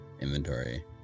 inventory